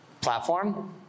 platform